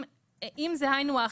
אם זה היינו הך,